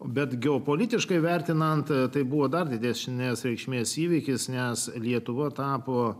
bet geopolitiškai vertinant tai buvo dar didesnės reikšmės įvykis nes lietuva tapo